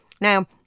Now